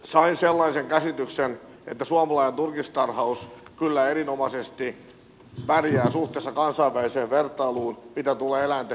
sain sellaisen käsityksen että suomalainen turkistarhaus kyllä erinomaisesti pärjää suhteessa kansainväliseen vertailuun mitä tulee eläinten hyvinvointiin